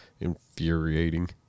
infuriating